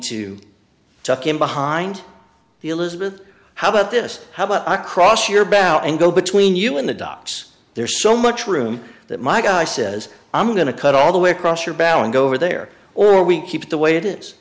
to tuck in behind the elizabeth how about this how about i cross your belt and go between you and the docs there's so much room that my guy says i'm going to cut all the way across your balance over there or we keep the way it is